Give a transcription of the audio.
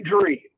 dream